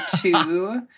two